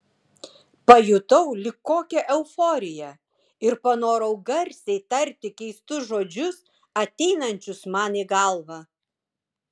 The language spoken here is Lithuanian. pajutau lyg kokią euforiją ir panorau garsiai tarti keistus žodžius ateinančius man į galvą